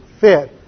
fit